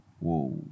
Whoa